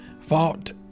fought